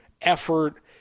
effort